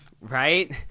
Right